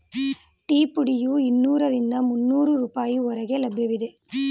tea ಪುಡಿಯು ಇನ್ನೂರರಿಂದ ಮುನ್ನೋರು ರೂಪಾಯಿ ಹೊರಗೆ ಲಭ್ಯವಿದೆ